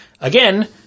Again